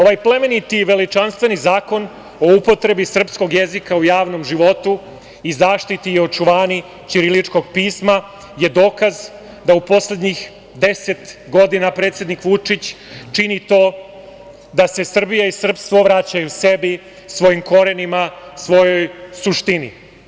Ovaj plemeniti i veličanstveni zakon o upotrebi srpskog jezika u javnom životu i zaštiti i očuvanju ćiriličkog pisma je dokaz da u poslednjih 10 godina predsednik Vučić čini to da se Srbija i srpstvo vraćaju sebi, svojim korenima, svojoj suštini.